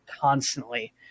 constantly